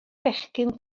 bechgyn